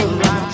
right